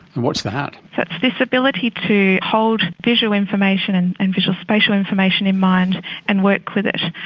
and what's that? it's this ability to hold visual information and and visual spatial information in mind and work with it.